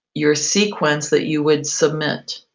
your sequence that you would submit.